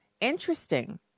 interesting